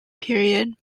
period